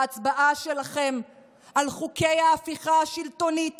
בהצבעה שלכם על חוקי ההפיכה השלטונית